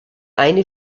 eine